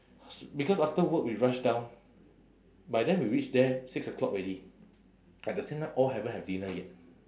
because after work we rush down by then we reach there six o'clock already at the same time all haven't have dinner yet